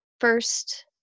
first